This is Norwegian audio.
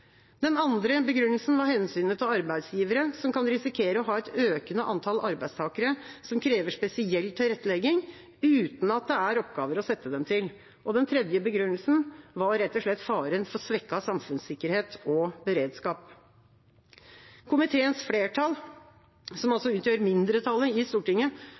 Den andre begrunnelsen var hensynet til arbeidsgivere, som kan risikere å ha et økende antall arbeidstakere som krever spesiell tilrettelegging, uten at det er oppgaver å sette dem til. Den tredje begrunnelsen var rett og slett faren for svekket samfunnssikkerhet og beredskap. Komiteens flertall, som altså utgjør mindretallet i Stortinget,